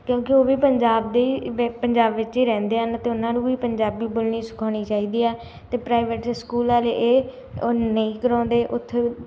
ਕਿਉਂਕਿ ਉਹ ਵੀ ਪੰਜਾਬ ਦੇ ਹੀ ਵਿੱ ਪੰਜਾਬ ਵਿੱਚ ਹੀ ਰਹਿੰਦੇ ਹਨ ਅਤੇ ਉਹਨਾਂ ਨੂੰ ਵੀ ਪੰਜਾਬੀ ਬੋਲਣੀ ਸਿਖਾਉਣੀ ਚਾਹੀਦੀ ਆ ਅਤੇ ਪ੍ਰਾਈਵੇਟ ਸਕੂਲ ਵਾਲੇ ਇਹ ਉਹ ਨਹੀਂ ਕਰਵਾਉਂਦੇ ਉੱਥੇ